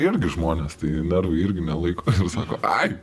irgi žmonės tai nervai irgi nelaiko sako ai